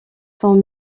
cent